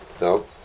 no